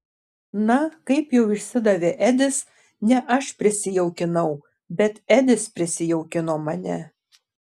na kaip jau išsidavė edis ne aš prisijaukinau bet edis prisijaukino mane